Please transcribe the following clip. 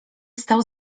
stał